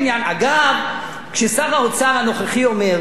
כששר האוצר הנוכחי אומר שאנחנו צריכים